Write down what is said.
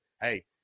hey